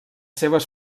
seves